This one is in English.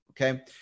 okay